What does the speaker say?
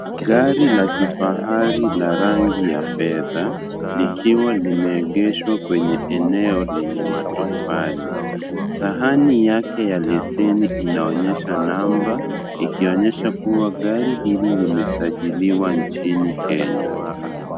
Gari la kifahari la rangi ya fedha likiwa limeegeshwa kwenye eneo lenye matofali. Sahani yake ya leseni inaonyesha namba ikionyesha kuwa gari hili limesajiliwa nchini Kenya.